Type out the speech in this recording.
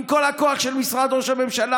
עם כל הכוח של משרד ראש הממשלה,